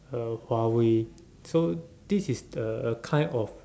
uh Huawei so this is the a a kind of